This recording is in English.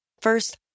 First